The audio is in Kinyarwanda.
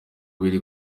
biri